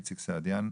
איציק סעידיאן,